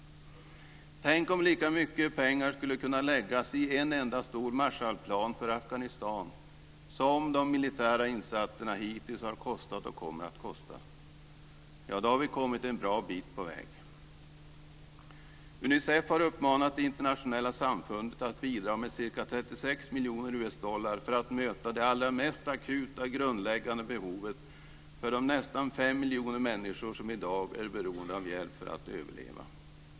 Tänk om lika mycket pengar skulle kunna läggas i en enda stor Marshallplan för Afghanistan som de militära insatserna hittills har kostat och kommer att kosta. Då har vi kommit en bra bit på väg. Unicef har uppmanat det internationella samfundet att bidra med ca 36 miljoner US-dollar för att möta de allra mest akuta och grundläggande behoven för de nästan fem miljoner människor som i dag är beroende av hjälp för att överleva.